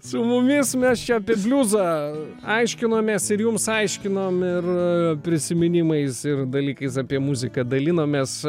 su mumis mes čia apie bliuzą aiškinomės ir jums aiškinom ir prisiminimais ir dalykais apie muziką dalinomės